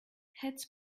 heads